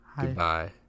Goodbye